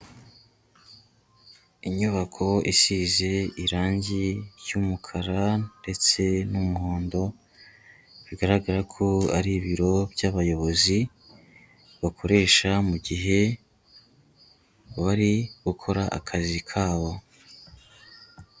Inyubako isize irangi ry'umukara ndetse n'umuhondo, bigaragara ko ari ibiro by'abayobozi bakoresha mu mu gihe bari gukora akazi kabo.